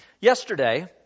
Yesterday